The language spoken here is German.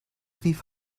rief